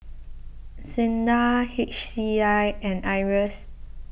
Sinda H C I and Iras